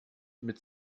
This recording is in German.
mit